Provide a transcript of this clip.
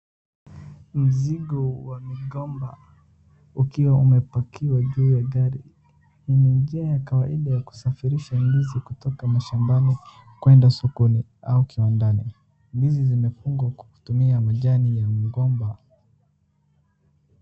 Mzigo wa migomba ukiwa umepakiwa juu ya gari. Hii ni njia ya kawaida ya kusafirisha ndizi kutoka mashambani kwenda sokoni au kiwandani. Ndizi zimefungwa kwa kutumia majani ya mgomba.